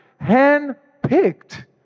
hand-picked